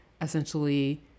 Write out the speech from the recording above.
essentially